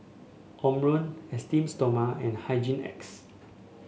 Omron Esteem Stoma and Hygin X